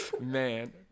Man